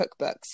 cookbooks